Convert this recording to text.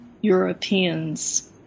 Europeans